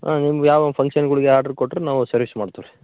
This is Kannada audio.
ಹಾಂ ನಿಮ್ಗ ಯಾವು ಫಂಕ್ಷನ್ಗುಳಿಗೆ ಆರ್ಡ್ರ್ ಕೊಟ್ಟರೂ ನಾವು ಸರ್ವಿಸ್ ಮಾಡ್ತೀವಿ ರೀ